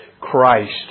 Christ